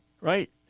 right